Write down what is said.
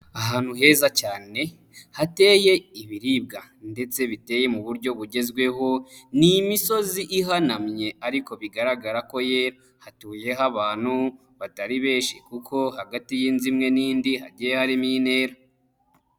Ahantu heza cyane hateye ibiribwa ndetse biteye mu buryo bugezweho, ni imisozi ihanamye ariko bigaragara ko yera. Hatuyeho abantu batari benshi kuko hagati y'inzu imwe n'indi hagiye harimo intera.